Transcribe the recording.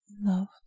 loved